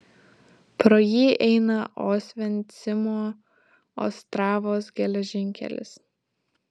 pro jį eina osvencimo ostravos geležinkelis